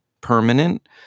permanent